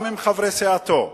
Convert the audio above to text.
גם עם חברי סיעתו,